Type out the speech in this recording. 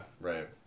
Right